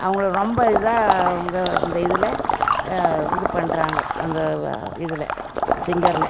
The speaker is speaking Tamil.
அவங்களை ரொம்ப இதாக அவங்க இந்த இதில் இது பண்ணுறாங்க அந்த இதில் சிங்கரில்